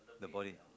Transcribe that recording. the body